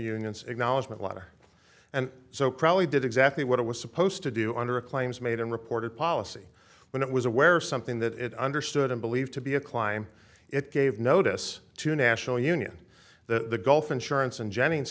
union's acknowledgment letter and so probably did exactly what it was supposed to do under a claims made and reported policy when it was aware of something that it understood and believed to be a climb it gave notice to national union the gulf insurance and jennings